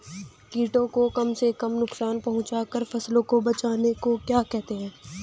कीटों को कम से कम नुकसान पहुंचा कर फसल को बचाने को क्या कहते हैं?